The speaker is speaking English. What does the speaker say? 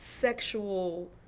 sexual